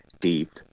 deep